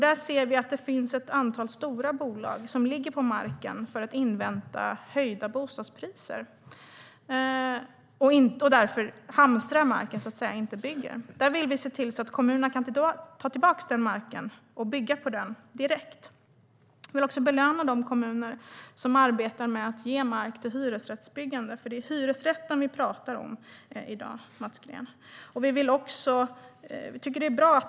Vi ser att det finns ett antal stora bolag som ligger på marken för att invänta höjda bostadspriser. De så att säga hamstrar marken i stället för att bygga på den. Där vill vi att kommunerna ska kunna ta tillbaka marken och bygga på den direkt. Vi vill också belöna de kommuner som arbetar med att ge mark till hyresrättsbyggande. Det är ju hyresrätten vi talar om i dag, Mats Green.